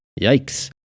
Yikes